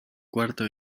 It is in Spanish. cuarto